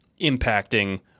impacting